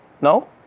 no